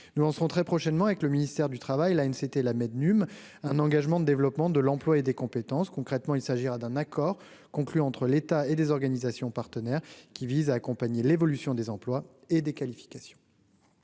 nous en serons très prochainement avec le ministère du travail là une c'était la Mède num un engagement de développement de l'emploi et des compétences, concrètement, il s'agira d'un accord conclu entre l'État et les organisations partenaires qui vise à accompagner l'évolution des emplois et des qualifications.